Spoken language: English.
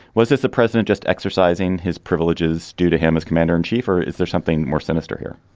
was this the president just exercising his privileges due to him as commander in chief or is there something more sinister here?